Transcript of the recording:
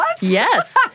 Yes